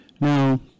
Now